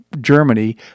Germany